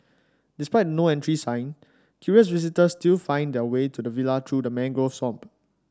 despite the No Entry sign curious visitors still find their way to the villa through the mangrove swamp